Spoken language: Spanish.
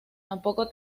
tampoco